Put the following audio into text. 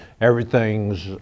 everything's